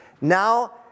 Now